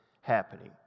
happening